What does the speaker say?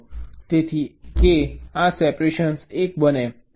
તેથી કે આ સેપરેશન 1 બને છે